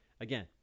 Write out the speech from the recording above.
Again